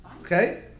Okay